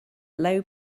low